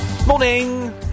Morning